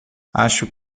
acho